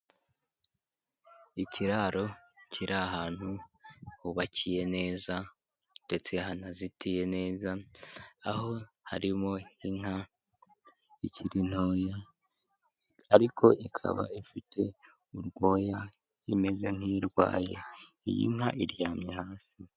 Ikiraro kiri ahantu hubakiye neza ndetse hanazitiye neza, aho harimo inka ikiri ntoya ariko ikaba ifite urwoya imeze nk'irwaye. Iyi nka iryamye hasi.